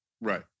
Right